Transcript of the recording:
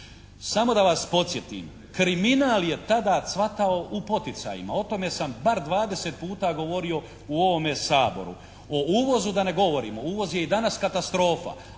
Samo da vas podsjetim kriminal je tada cvatao u poticajima. O tome sam bar 20 puta govorio u ovome Saboru. O uvozu da ne govorimo. Uvoz je i danas katastrofa.